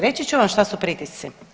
Reći ću vam što su pritisci.